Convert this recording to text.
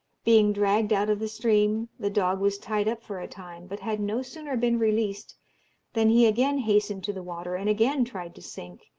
being dragged out of the stream, the dog was tied up for a time, but had no sooner been released than he again hastened to the water and again tried to sink,